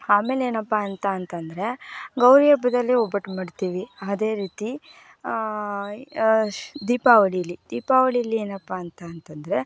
ಆಮೇಲೆ ಏನಪ್ಪ ಅಂತ ಅಂತಂದರೆ ಗೌರಿ ಹಬ್ಬದಲ್ಲೆ ಒಬ್ಬಟ್ಟು ಮಾಡ್ತೀವಿ ಅದೇ ರೀತಿ ಅಷ್ ದೀಪಾವಳೀಲಿ ದೀಪಾವಳೀಲಿ ಏನಪ್ಪಾ ಅಂತ ಅಂತಂದರೆ